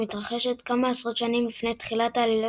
המתרחשת כמה עשרות שנים לפני תחילת העלילה